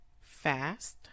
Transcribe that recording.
Fast